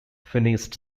finished